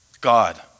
God